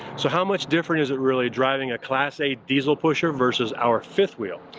so how much different is it really, driving a class a diesel pusher versus our fifth wheel?